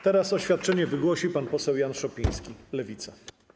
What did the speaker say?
Teraz oświadczenie wygłosi pan poseł Jan Szopiński, Lewica.